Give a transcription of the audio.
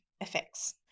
effects